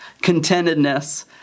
contentedness